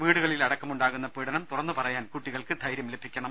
വീടുകളിൽ അടക്കമുണ്ടാകുന്ന പീഡനം തുറന്നുപറയാൻ കുട്ടികൾക്ക് ധൈര്യം ലഭിക്കണം